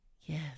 Yes